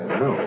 no